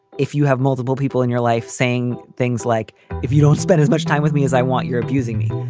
if you have multiple people in your life saying things like if you don't spend as much time with me as i want, you're abusing me.